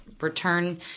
return